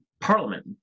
parliament